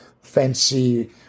fancy